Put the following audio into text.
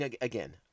again